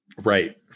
Right